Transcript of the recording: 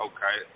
Okay